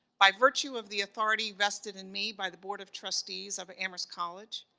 by virtue of the authority vested in me, by the board of trustees of amherst college,